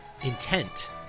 intent